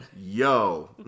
Yo